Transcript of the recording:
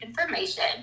information